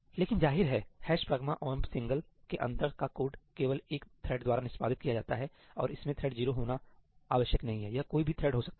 लेकिन जाहिर है ' pragma omp single '' pragma omp single' के अंदर का कोड केवल एक थ्रेड द्वारा निष्पादित किया जाता है और इसमें थ्रेड 0 होना आवश्यक नहीं है यह कोई भी थ्रेड हो सकता है